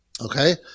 Okay